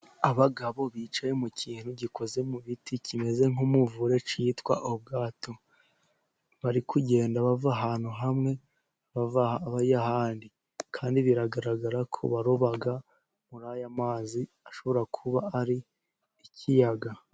Abagabo bicaye mu kintu gikoze mu biti, kimeze nk'umuvure cyitwa ubwato, bari kugenda bava ahantu hamwe bajya ahandi, kandi biragaragara ko baroba muri ari aya mazi ashobora kuba ari ikiyaga.